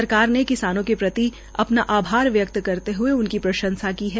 सरकार ने किसानों के प्रति अपना आभार व्यक्त करते हए उनके प्रंशसा की है